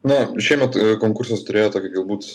na šiemet konkursas turėjo tokį galbūt